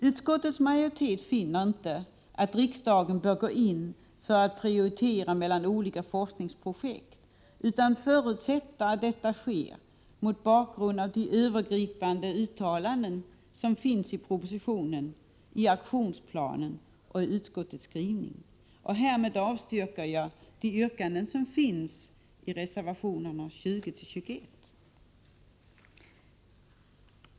Utskottets majoritet finner inte att riksdagen bör gå in för att prioritera mellan olika forskningsprojekt utan förutsätter att detta sker mot bakgrund av de övergripande uttalanden som finns i propositionen, i aktionsplanen och utskottets skrivning. Därmed avstyrker jag yrkandena i reservationerna 20 och 21.